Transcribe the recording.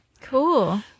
Cool